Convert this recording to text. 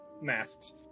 masks